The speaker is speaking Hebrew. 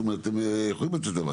זאת אומרת הם יכולים לצאת לבד.